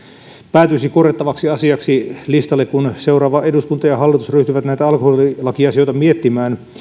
päätyisi korjattavaksi asiaksi listalle kun seuraava eduskunta ja hallitus ryhtyvät näitä alkoholilakiasioita miettimään